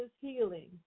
Healing